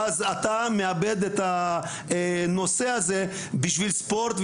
ואז אתה מאבד את הנושא הזה בשביל ספורט,